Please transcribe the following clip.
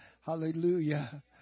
Hallelujah